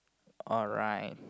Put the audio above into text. alright